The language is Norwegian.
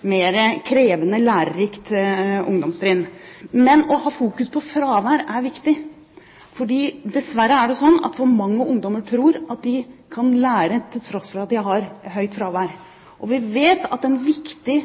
krevende og lærerikt ungdomstrinn. Men å fokusere på fravær er viktig. Dessverre er det slik at for mange ungdommer tror at de kan lære til tross for at de har høyt fravær. Vi vet at en viktig